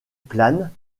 plane